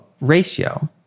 ratio